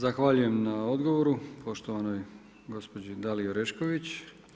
Zahvaljujem na odgovoru poštovanoj gospođi Daliji Orešković.